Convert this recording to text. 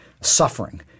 suffering